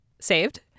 saved